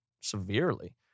severely